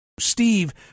Steve